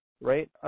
right